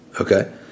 Okay